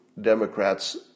Democrats